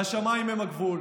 והשמיים הם הגבול.